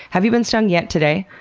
have you been stung yet today?